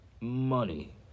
money